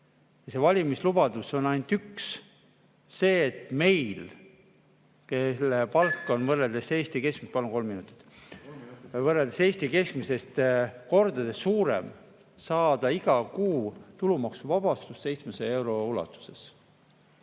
See valimislubadus on ainult üks: see, et meil, kelle palk on võrreldes Eesti keskmisega … Palun kolm minutit! Kolm minutit lisaaega. … kordades suurem, saada iga kuu tulumaksuvabastus 700 euro ulatuses.